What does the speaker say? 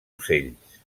ocells